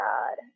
God